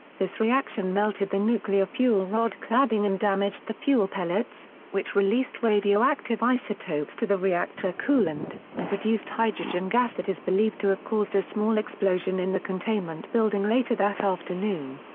this reaction melted the nuclear fuel rod cladding and damaged the fuel pellets, which released radioactive isotopes to the reactor coolant, and produced hydrogen gas that is believed to have caused a small explosion in the containment building later that afternoon.